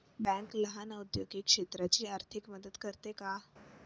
Bank लहान औद्योगिक क्षेत्राची आर्थिक मदत करते का?